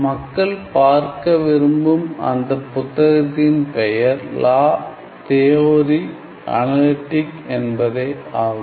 மக்கள் பார்க்க விரும்பும் அந்த புத்தகத்தின் பெயர் லா தியோரி அனலிடிக் என்பதே ஆகும்